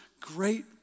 great